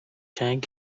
چند